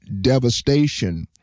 devastation